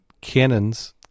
cannons